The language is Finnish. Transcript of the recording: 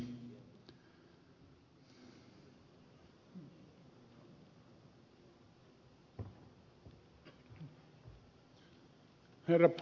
herra puhemies